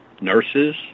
nurses